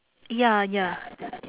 ya ya